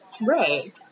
Right